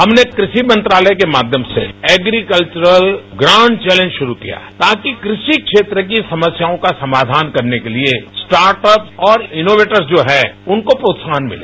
हमने कृषि मंत्रालय के माध्यम से एग्रीकल्चर ग्रांड चनल शुरू किया ताकि कृ षि क्षेत्र की समस्याओं का समाधान करने के लिए स्टार्टअप और इनोवेटर्स जो है उनको प्रोत्साहन मिले